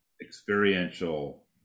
experiential